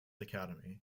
academy